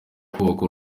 kubaka